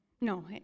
No